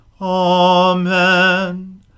Amen